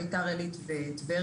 בית"ר עילית וטבריה,